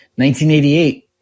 1988